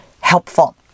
helpful